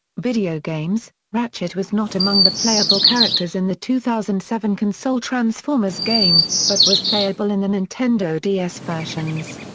video games ratchet was not among the playable characters in the two thousand and seven console transformers game, but was playable in the nintendo ds versions.